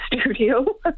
studio